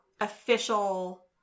official